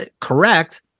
correct